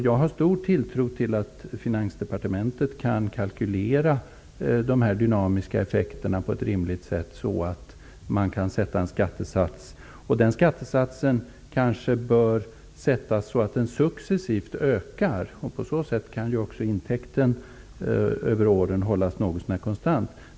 Jag tror säkert att finansdepartementet kan göra en rimlig beräkning av de dynamiska effekterna och på så sätt komma fram till en skattesats. Den skattesatsen kanske bör sättas så att den successivt ökar. På så sätt kan ju också intäkten hållas någorlunda konstant över åren.